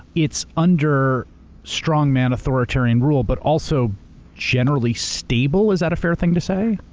it's under strongman authoritarian rule but also generally stable, is that a fair thing to say?